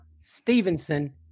Stevenson